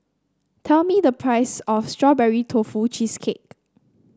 tell me the price of Strawberry Tofu Cheesecake